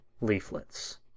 leaflets